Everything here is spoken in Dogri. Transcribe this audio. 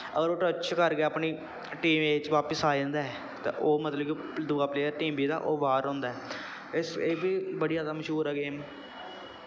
अगर ओह् टच कर गेआ अपनी टीम ए च बापस आ जंदा ऐ तां ओह् मतलब कि दूआ प्लेयर टीम बी दा ओह् बाह्र होंदा ऐ एह् बी बड़ी ज्यादा मश्हूर ऐ गेम